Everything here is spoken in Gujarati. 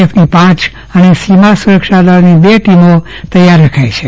એફની પ અને સીમા સુરક્ષા દળની બે ટીમો તૈયાર રખાઈ છે